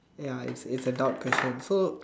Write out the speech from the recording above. ya is a doubt question so